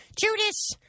Judas